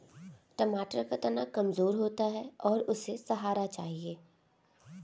टमाटर का तना कमजोर होता है और उसे सहारा चाहिए